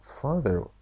father